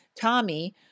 Tommy